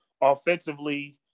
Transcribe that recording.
offensively